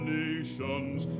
nations